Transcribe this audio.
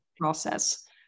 process